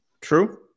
True